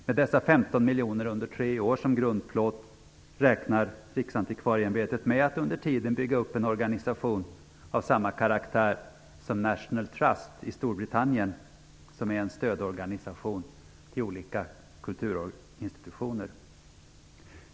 Med dessa 15 miljoner under tre år som grundplåt räknar Riksantikvarieämbetet med att under tiden bygga upp en organisation av samma karaktär som National Trust i Storbritannien, som är en stödorganisation till olika kulturinstitutioner.